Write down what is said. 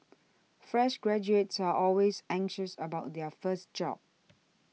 fresh graduates are always anxious about their first job